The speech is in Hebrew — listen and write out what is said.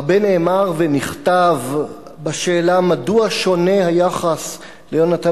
הרבה נאמר ונכתב בשאלה מדוע שונה היחס ליונתן